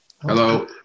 Hello